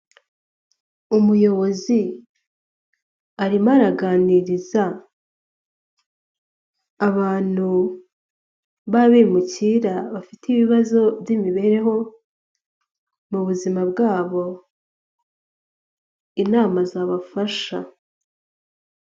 Umuyobozi arimo araganiriza abantu b'abimukira bafite ibibazo by'imibereho mu buzima bwabo inama zabafasha.